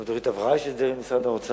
גם לגבי תוכנית ההבראה יש הסדר עם משרד האוצר.